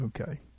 Okay